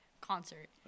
concert